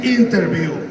interview